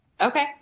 Okay